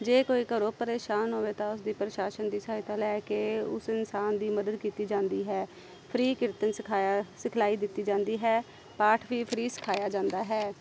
ਜੇ ਕੋਈ ਘਰੋਂ ਪਰੇਸ਼ਾਨ ਹੋਵੇ ਤਾਂ ਉਸ ਦੀ ਪ੍ਰਸ਼ਾਸਨ ਦੀ ਸਹਾਇਤਾ ਲੈ ਕੇ ਉਸ ਇਨਸਾਨ ਦੀ ਮਦਦ ਕੀਤੀ ਜਾਂਦੀ ਹੈ ਫ੍ਰੀ ਕੀਰਤਨ ਸਿਖਾਇਆ ਸਿਖਲਾਈ ਦਿੱਤੀ ਜਾਂਦੀ ਹੈ ਪਾਠ ਵੀ ਫਰੀ ਸਿਖਾਇਆ ਜਾਂਦਾ ਹੈ